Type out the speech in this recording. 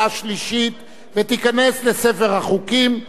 ותיכנס לספר החוקים של מדינת ישראל.